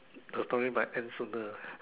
the story might end sooner